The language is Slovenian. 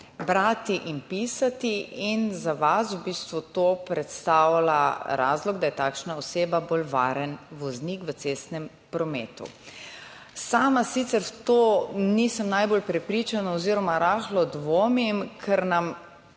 brati in pisati in za vas v bistvu to predstavlja razlog, da je takšna oseba bolj varen voznik v cestnem prometu. Sama sicer v to nisem najbolj prepričana oziroma rahlo dvomim, ker nam